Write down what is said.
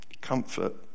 comfort